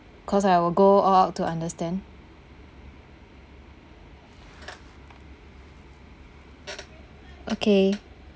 cause I will go out to understand okay